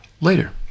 later